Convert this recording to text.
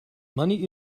money